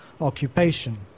occupation